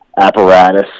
apparatus